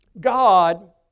God